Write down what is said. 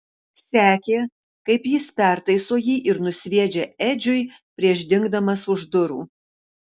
sekė kaip jis pertaiso jį ir nusviedžia edžiui prieš dingdamas už durų